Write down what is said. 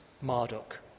Marduk